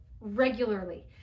regularly